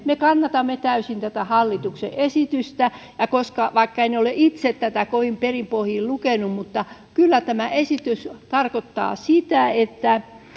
me kannatamme täysin tätä hallituksen esitystä vaikka en ole itse tätä kovin perin pohjin lukenut niin kyllä tämä esitys tarkoittaa sitä että